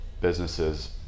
businesses